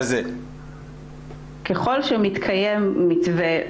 ככל שמתקיים מתווה,